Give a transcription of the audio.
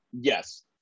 yes